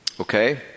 Okay